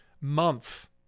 month